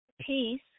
Peace